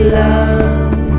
love